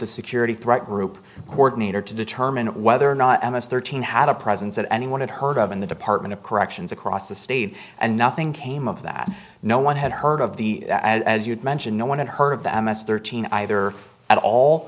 the security threat group needed to determine whether or not imus thirteen had a presence that anyone had heard of and the department of corrections across the state and nothing came of that no one had heard of the as you mentioned no one had heard of them as thirteen either at all